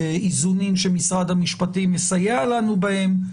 באיזונים שמשרד המשפטים מסייע לנו בהם,